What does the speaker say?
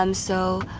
um so,